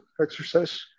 exercise